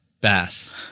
Bass